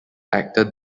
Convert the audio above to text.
actor